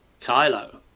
Kylo